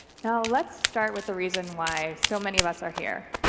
now, let's start with the reason why so many of us are here.